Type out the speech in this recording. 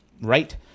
right